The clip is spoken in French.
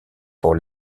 pour